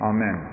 Amen